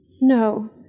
No